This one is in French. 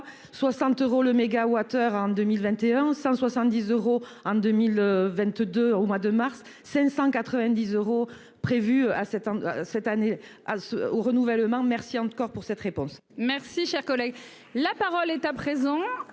60 euros le mégawattheure. En 2021, 170 euros en 2022 au mois de mars 590 euros prévu à cette cette année. Ah au renouvellement. Merci encore pour cette réponse. Merci, cher collègue, la parole est à présent.